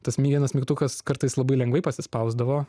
tas vienas mygtukas kartais labai lengvai pasispausdavo